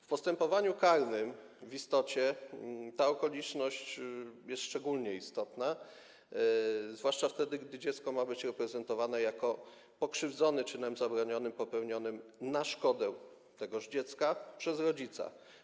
W postępowaniu karnym w istocie ta okoliczność jest szczególnie istotna, zwłaszcza wtedy gdy dziecko ma być reprezentowane jako pokrzywdzony czynem zabronionym popełnionym na szkodę tegoż dziecka przez rodzica.